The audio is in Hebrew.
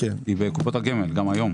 גם היום היא בקופות הגמל.